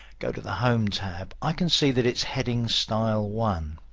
go to the home tab, i can see that it's heading style one.